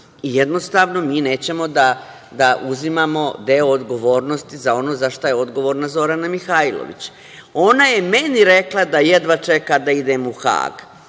Jednostavno, mi nećemo da uzimamo deo odgovornosti za ono za šta je odgovorna Zorana Mihajlović. Ona je meni rekla da jedva čeka da idem u Hag.